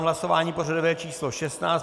Hlasování pořadové číslo 16.